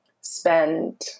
spend